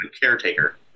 caretaker